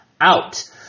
out